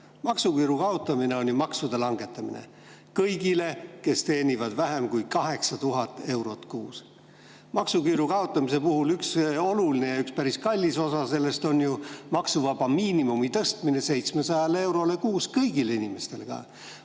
Maksuküüru kaotamine on ju maksude langetamine kõigil, kes teenivad vähem kui 8000 eurot kuus. Maksuküüru kaotamise puhul on üks oluline ja üks päris kallis osa ju maksuvaba miinimumi tõstmine 700 eurole kuus kõigil inimestel.